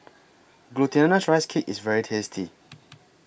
Glutinous Rice Cake IS very tasty